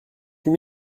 huit